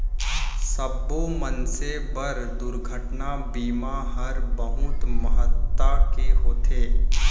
सब्बो मनसे बर दुरघटना बीमा हर बहुत महत्ता के होथे